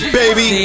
baby